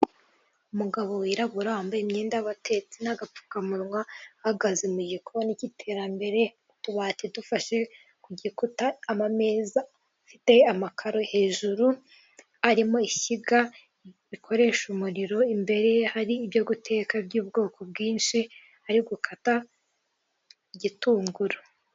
Umugabo wirabura wambaye imyenda y'abatetsi n'agapfukamunwa ahagaze mu gikoni cy'iterambere, utubati dufashe ku gikuta amameza afite amakaro hejuru arimo ishyiga rikoresha umuriro, imbere hari ibyo guteka by'ubwoko bwinshi ari gukata igitunguru.